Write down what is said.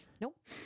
Nope